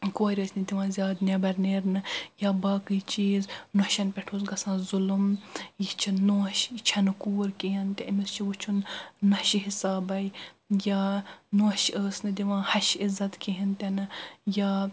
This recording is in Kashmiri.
کورِ ٲسۍ نہٕ دِوان زیادٕ نٮ۪بر نیرنہٕ یا باقٕے چیٖز نۄشن پٮ۪ٹھ اوس گژھان ظلُم یہِ چھِ نۄش یہِ چھنہٕ کوٗر کہیٖنۍ تہٕ أمِس چھُ وٕچھُن نۄشہِ حسابے یا نۄش ٲس نہٕ دِوان ہشہِ عزت کہیٖنۍ تہِ نہٕ یا